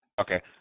okay